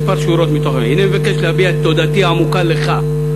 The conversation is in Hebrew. מספר שורות מתוכו: "הנני מבקש להביע את תודתי העמוקה לך,